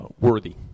worthy